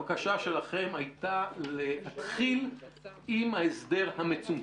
הבקשה שלכם הייתה להתחיל עם ההסדר המצומצם.